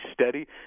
steady